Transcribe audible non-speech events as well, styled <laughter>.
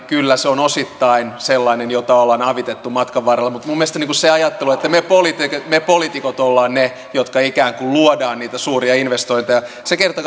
kyllä se on osittain sellainen jota ollaan avitettu matkan varrella mutta minun mielestäni sellainen ajattelu että me poliitikot me poliitikot olemme ne jotka ikään kuin luomme niitä suuria investointeja kerta <unintelligible>